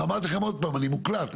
ואמרתי לכם עוד פעם אני מוקלט נכון?